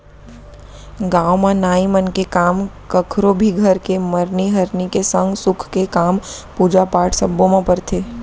गाँव म नाई मन के काम कखरो भी घर के मरनी हरनी के संग सुख के काम, पूजा पाठ सब्बो म परथे